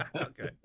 Okay